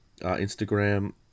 Instagram